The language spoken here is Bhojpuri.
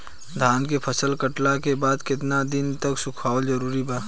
धान के फसल कटला के बाद केतना दिन तक सुखावल जरूरी बा?